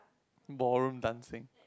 ballroom dancing